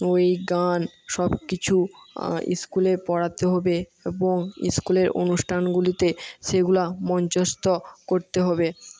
ওই গান সব কিছু স্কুলে পড়াতে হবে এবং স্কুলের অনুষ্ঠানগুলিতে সেগুলা মঞ্চস্থ করতে হবে